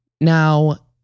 Now